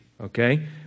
Okay